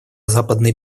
западный